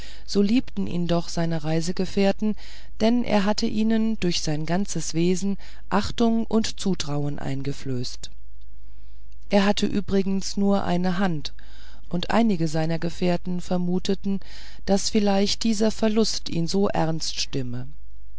so liebten ihn doch seine reisegefährten denn er hatte ihnen durch sein ganzes wesen achtung und zutrauen eingeflößt er hatte übrigens nur eine hand und einige seiner gefährten vermuteten daß vielleicht dieser verlust ihn so ernst stimme